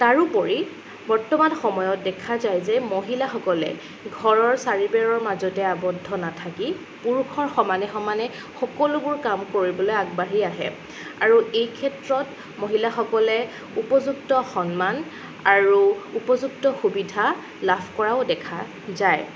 তাৰোপৰি বৰ্তমান সময়ত দেখা যায় যে মহিলাসকলে ঘৰৰ চাৰিবেৰৰ মাজতে আবদ্ধ নাথাকি পুৰুষৰ সমানে সমানে সকলোবোৰ কাম কৰিবলৈ আগবাঢ়ি আহে আৰু এই ক্ষেত্ৰত মহিলাসকলে উপযুক্ত সন্মান আৰু উপযুক্ত সুবিধা লাভ কৰাও দেখা যায়